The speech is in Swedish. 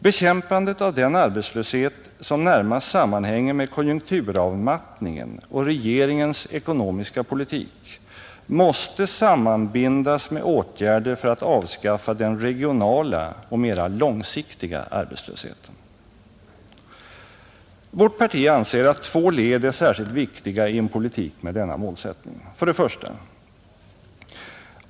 Bekämpandet av den arbetslöshet som närmast sammanhänger med konjunkturavmattningen och regeringens ekonomiska politik måste sammanbindas med åtgärder för att avskaffa den regionala och mera långsiktiga arbetslösheten. Vårt parti anser att två led är särskilt viktiga i en politik med denna målsättning: 1.